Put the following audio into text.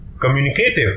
communicative